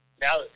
Now